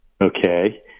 Okay